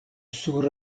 sur